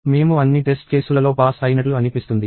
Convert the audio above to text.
మేము అన్ని టెస్ట్ కేసులలో పాస్ అయినట్లు అనిపిస్తుంది